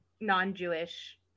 non-Jewish